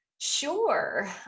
Sure